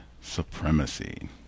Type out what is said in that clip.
supremacy